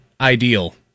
ideal